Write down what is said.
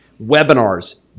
webinars